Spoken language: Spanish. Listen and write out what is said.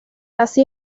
así